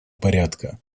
порядка